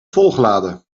volgeladen